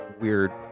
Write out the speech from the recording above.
weird